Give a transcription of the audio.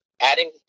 adding